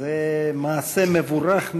זה מעשה מבורך מאוד.